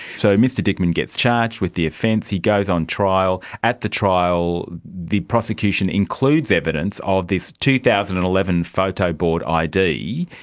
so mr dickman gets charged with the offence, he goes on trial. at the trial the prosecution includes evidence of this two thousand and eleven photo board id.